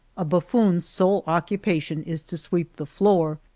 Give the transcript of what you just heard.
a buflfoon's sole occupation is to sweep the floor,